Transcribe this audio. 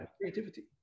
creativity